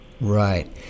Right